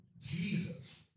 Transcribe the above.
Jesus